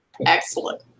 Excellent